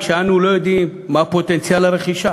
כשאנו לא יודעים מה פוטנציאל הרכישה